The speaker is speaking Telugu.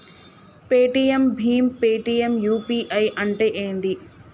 పేటిఎమ్ భీమ్ పేటిఎమ్ యూ.పీ.ఐ అంటే ఏంది?